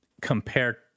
compare